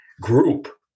group